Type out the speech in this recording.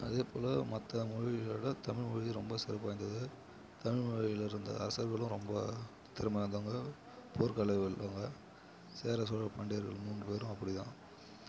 அதேபோல மற்ற மொழியை விட தமிழ்மொழி ரொம்ப சிறப்பு வாய்ந்தது தமிழ்மொழியில் இருந்த அரசர்களும் ரொம்ப திறமை வாய்ந்தவங்க போர்க்கலை சேர சோழ பாண்டியர்கள் மூன்று பேரும் அப்படிதான்